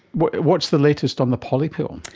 what's what's the latest on the poly pill?